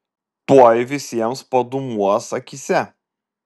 tuoj visiems padūmuos akyse